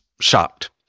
shocked